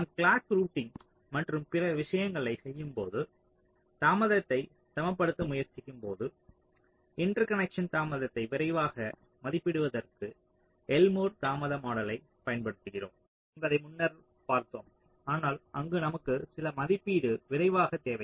நாம் clock routing மற்றும் பிற விஷயங்களைச் செய்யும்போது தாமதத்தை சமப்படுத்த முயற்சிக்கும்போது இன்டர்கனேக்ஷன் தாமதத்தை விரைவாக மதிப்பிடுவதற்கு எல்மோர் தாமத மாடலை பயன்படுத்துகிறோம் என்பதை முன்னர் பார்த்தோம் ஆனால் அங்கு நமக்கு சில மதிப்பீடு விரைவாக தேவை